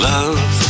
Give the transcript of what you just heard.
Love